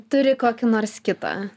turi kokį nors kitą